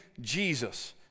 Jesus